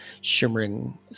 shimmering